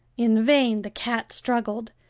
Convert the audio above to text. in vain the cat struggled.